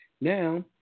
Now